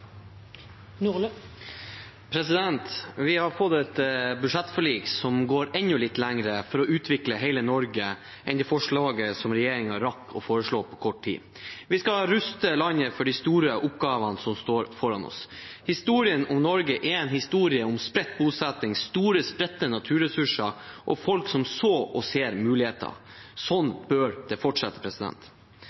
å utvikle hele Norge enn det forslaget som regjeringen rakk å foreslå på kort tid. Vi skal ruste landet for de store oppgavene som står foran oss. Historien om Norge er en historie om spredt bosetting, store, spredte naturressurser og folk som så og ser muligheter. Sånn bør det fortsette.